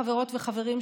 חברות וחברים,